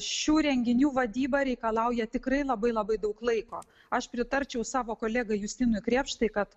šių renginių vadyba reikalauja tikrai labai labai daug laiko aš pritarčiau savo kolegai justinui krėpštai kad